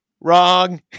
Wrong